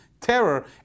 terror